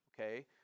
okay